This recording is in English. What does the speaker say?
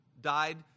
died